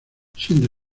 siendo